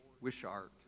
Wishart